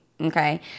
Okay